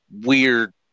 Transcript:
weird